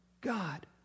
God